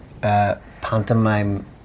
Pantomime